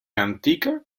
antica